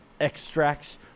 extracts